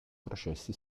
processi